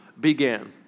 began